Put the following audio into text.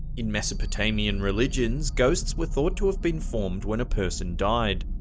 in mesopotamian religions, ghosts were thought to have been formed when a person died,